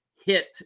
hit